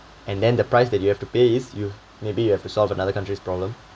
and then the price that you have to pay is you maybe you have to solve another country's problem